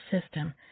system